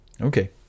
Okay